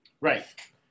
Right